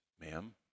Ma'am